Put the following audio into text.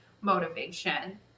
motivation